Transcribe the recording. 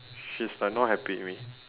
she's like not happy with me